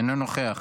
אינו נוכח,